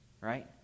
Right